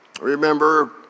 Remember